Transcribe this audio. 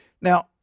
Now